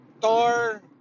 Thor